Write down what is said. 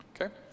Okay